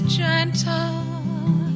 gentle